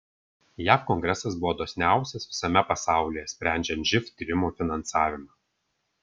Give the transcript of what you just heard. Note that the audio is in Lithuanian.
jav kongresas buvo dosniausias visame pasaulyje sprendžiant živ tyrimų finansavimą